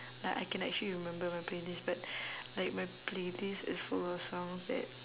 like I can actually remember my playlist but like my playlist is full of songs that